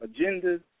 agendas